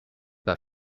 pas